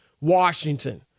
Washington